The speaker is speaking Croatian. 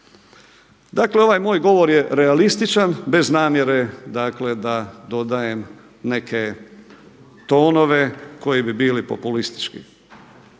Dakle, ovaj moj govor je realističan bez namjere dakle da dodajem neke tonove koji bi bili populistički.